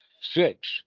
six